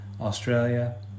Australia